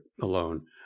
alone